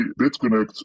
BitConnect